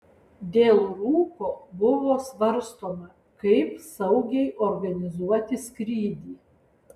dėl rūko buvo svarstoma kaip saugiai organizuoti skrydį